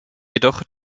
jedoch